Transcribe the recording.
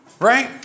Right